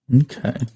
Okay